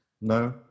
No